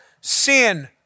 sin